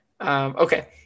Okay